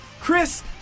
Chris